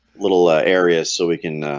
little areas so we can